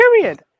Period